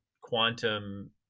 quantum